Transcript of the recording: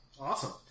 Awesome